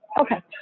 okay